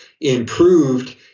improved